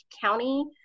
County